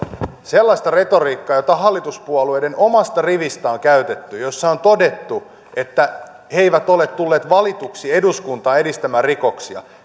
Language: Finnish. sellaista retoriikkaa on hallituspuolueiden omasta rivistä käytetty jossa on todettu että he eivät ole tulleet valituksi eduskuntaan edistämään rikoksia